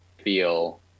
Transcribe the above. feel